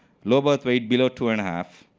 low birth weight, below two and a half.